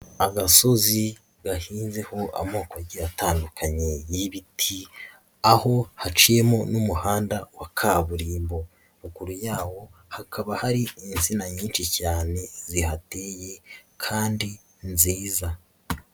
Agasozi gahinzeho amoko agiye atandukanye y'ibiti aho haciyemo n'umuhanda wa kaburimbo, ruguru yawo hakaba hari insina nyinshi cyane zihateye kandi nziza.